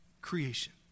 creation